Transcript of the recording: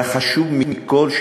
והחשוב מכול,